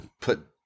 put